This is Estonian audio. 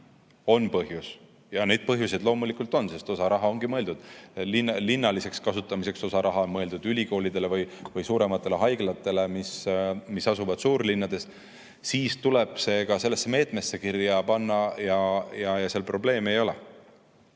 on põhjus – ja neid põhjuseid loomulikult on, sest osa raha ongi mõeldud linnaliseks kasutamiseks, osa raha on mõeldud näiteks ülikoolidele ja suurematele haiglatele, mis asuvad suurlinnades –, siis tuleb see ka sellesse meetmesse kirja panna ja probleeme ei ole.